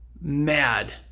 mad